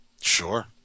sure